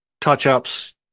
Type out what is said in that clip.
touch-ups